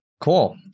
Cool